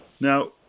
Now